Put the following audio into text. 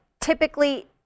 typically